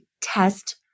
test